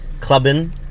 clubbing